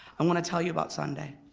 i want to tell you about sunday.